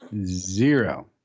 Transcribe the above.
Zero